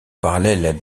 parallèle